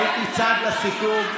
הייתי צד לסיכום.